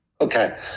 Okay